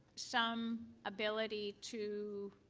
some ability to